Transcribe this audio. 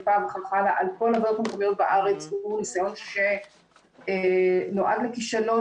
חיפה וכן הלאה על כל הוועדות המקומיות בארץ הוא ניסיון שנועד לכישלון